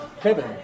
Kevin